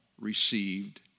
received